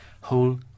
Whole